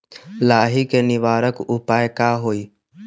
लाही के निवारक उपाय का होई?